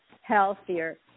healthier